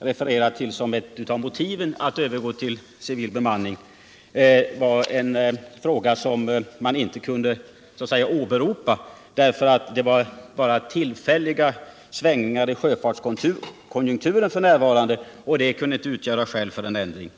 refererat till som ett av motiven för att övergå till civil bemanning på grund av att det f. n. bara var en tillfällig svängning i sjöfartskonjunkturen och att denna svängning inte kunde utgöra skäl för en ändring.